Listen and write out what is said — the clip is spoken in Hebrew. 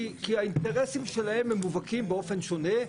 כי האינטרסים שלהם הם מובהקים באופן שונה.